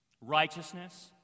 Righteousness